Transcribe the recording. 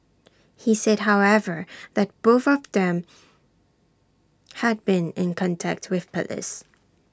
he said however that both of them had been in contact with Police